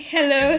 Hello